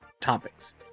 topics